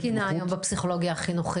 מה התקינה היום בפסיכולוגיה החינוכית?